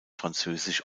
französisch